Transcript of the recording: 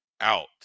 out